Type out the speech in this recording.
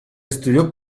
estudio